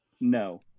No